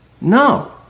No